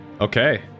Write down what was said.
Okay